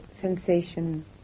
sensation